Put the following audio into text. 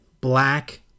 black